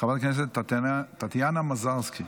חברת הכנסת טטיאנה מזרסקי,